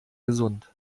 gesund